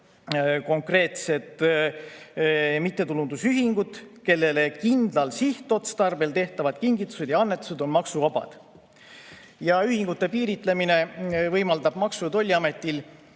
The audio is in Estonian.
konkreetsed mittetulundusühingud, kellele kindlal sihtotstarbel tehtavad kingitused ja annetused on maksuvabad. Ühingute piiritlemine võimaldab Maksu- ja Tolliametil